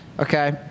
Okay